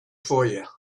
foyer